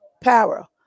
power